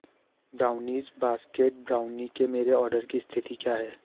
brownies Basket brownie के मेरे order की स्थिति क्या है